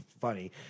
funny